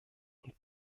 und